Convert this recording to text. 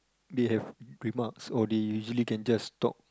they have remarks or they usually can just talk